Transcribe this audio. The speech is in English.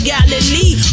Galilee